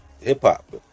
hip-hop